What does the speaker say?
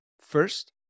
First